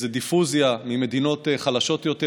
זה דיפוזיה, ממדינות חלשות יותר.